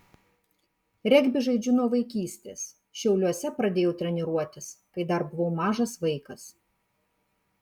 regbį žaidžiu nuo vaikystės šiauliuose pradėjau treniruotis kai dar buvau mažas vaikas